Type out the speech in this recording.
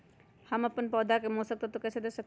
हम अपन पौधा के पोषक तत्व कैसे दे सकली ह?